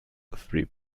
three